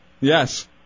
Yes